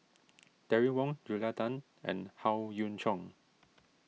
Terry Wong Julia Tan and Howe Yoon Chong